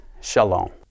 Shalom